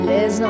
Les